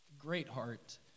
Greatheart